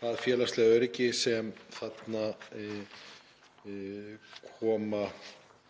það félagslega öryggi sem þarna er